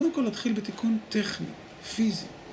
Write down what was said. קודם כל נתחיל בתיקון טכני, פיזי.